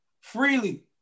freely